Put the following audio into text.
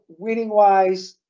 WinningWise